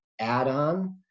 add-on